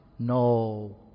No